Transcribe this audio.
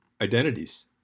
identities